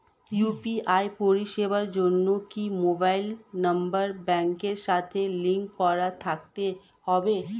UPI পরিষেবার জন্য কি মোবাইল নাম্বার ব্যাংকের সাথে লিংক করা থাকতে হবে?